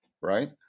right